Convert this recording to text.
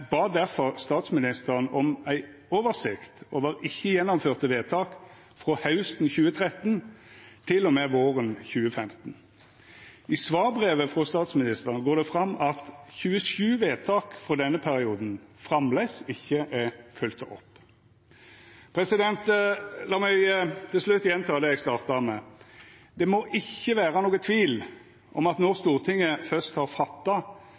bad difor statsministeren om ei oversikt over ikkje gjennomførte vedtak frå hausten 2013 til og med våren 2015. I svarbrevet frå statsministeren går det fram at 27 vedtak frå denne perioden framleis ikkje er følgde opp. Lat meg til slutt gjenta det eg starta med: Det må ikkje vera nokon tvil om at når Stortinget først har fatta